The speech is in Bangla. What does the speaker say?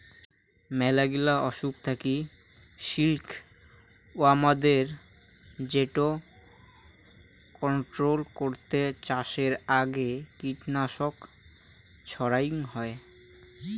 মেলাগিলা অসুখ থাকি সিল্ক ওয়ার্মদের যেটা কন্ট্রোল করতে চাষের আগে কীটনাশক ছড়াঙ হই